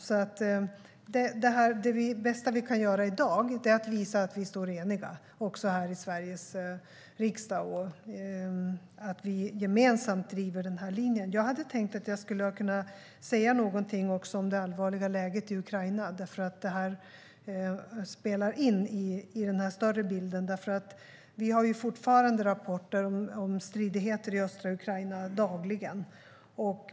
Det bästa vi kan göra i dag är att visa att vi står eniga också här i Sveriges riksdag och att vi gemensamt driver linjen. Jag hade tänkt att jag skulle säga något om det allvarliga läget i Ukraina. Det spelar in i den större bilden. Vi får fortfarande dagligen höra rapporter om strider i östra Ukraina.